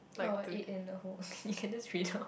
oh eat in a hole okay you can just read out